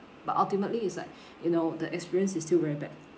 but ultimately it's like you know the experience is still very bad